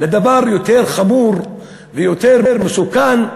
לדבר יותר חמור ויותר מסוכן,